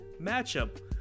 matchup